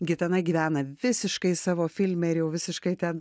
gitana gyvena visiškai savo filme ir jau visiškai ten